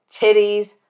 titties